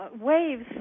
waves